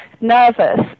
nervous